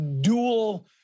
dual